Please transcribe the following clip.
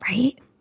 Right